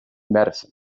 medicine